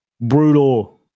Brutal